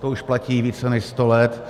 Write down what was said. To už platí více než sto let.